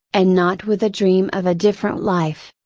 and not with a dream of a different life.